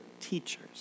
teachers